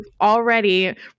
already